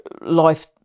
life